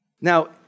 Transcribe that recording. Now